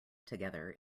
together